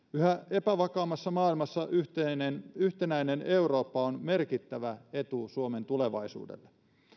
epävakaammassa maailmassa yhtenäinen eurooppa on merkittävä etu suomen tulevaisuudelle